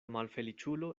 malfeliĉulo